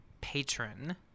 Patron